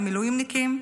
המילואימניקים.